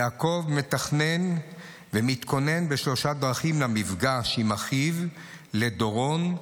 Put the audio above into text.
יעקב מתכנן ומתכונן למפגש עם אחיו בשלוש דרכים: דורון,